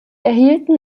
erhielten